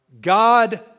God